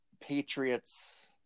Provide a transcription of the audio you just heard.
Patriots